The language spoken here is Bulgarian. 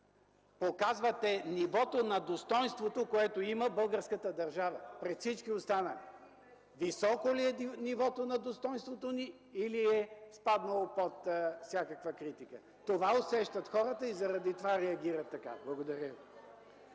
показвате нивото на достойнството, което има българската държава пред всички останали. (Шум и реплики от ГЕРБ.) Високо ли е нивото на достойнството ни или е спаднало под всякаква критика – това усещат хората и заради това реагират така. Благодаря